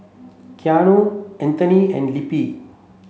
Keanu Anthoney and Lempi